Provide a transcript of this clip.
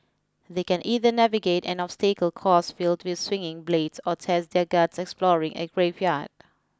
they can either navigate an obstacle course filled with swinging blades or test their guts exploring a graveyard